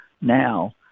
now